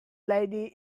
lady